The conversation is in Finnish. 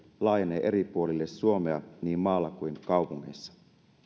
laajenee eri puolille suomea niin maalla kuin kaupungeissa